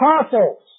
Apostles